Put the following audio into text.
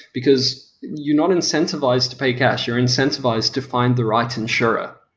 because you're not incentivized to pay cash. you're incentivized to find the right insurer,